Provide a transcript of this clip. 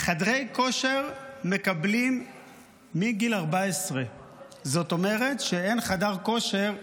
חדרי כושר מקבלים מגיל 14. זאת אומרת שאין חדר כושר,